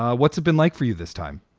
ah what's it been like for you this time?